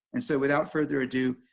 and so without further ado,